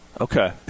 Okay